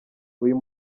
uyu